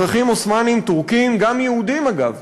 אזרחים עות'מאנים טורקים, גם יהודים, אגב,